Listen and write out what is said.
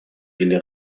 или